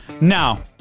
now